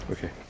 Okay